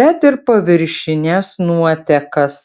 bet ir paviršines nuotekas